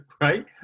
Right